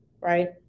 right